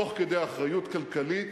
תוך אחריות כלכלית.